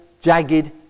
jagged